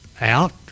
out